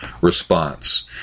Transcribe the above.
response